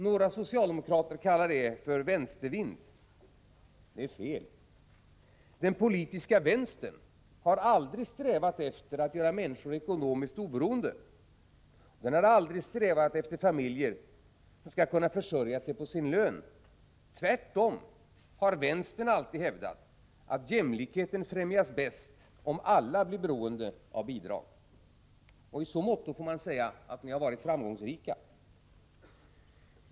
Några socialdemokrater har kallat detta för vänstervind. Det är fel. Den politiska vänstern har aldrig strävat efter att göra människor ekonomiskt oberoende. Den har aldrig strävat efter familjer som skall kunna försörja sig på sin lön. Tvärtom har vänstern alltid hävdat att jämlikheten främjas bäst om alla blir beroende av bidrag — i så måtto får man säga att ni har varit framgångsrika.